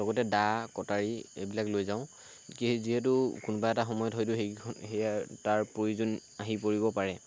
লগতে দা কটাৰী এইবিলাক লৈ যাওঁ কি যিহেতু কোনোবা এটা সময়ত সেয়া তাৰ প্ৰয়োজন আহি পৰিব পাৰে